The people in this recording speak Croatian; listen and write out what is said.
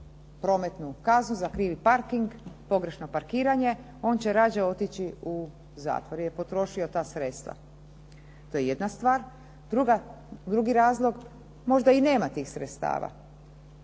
prometnu kaznu za krivi parking, pogrešno parkiranje, on će radije otići u zatvor jer je potrošio ta sredstva. To je jedna stvar. Drugi razlog, možda i nema tih sredstava